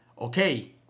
Okay